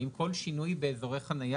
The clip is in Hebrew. האם כל שינוי באזורי חנייה,